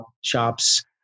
shops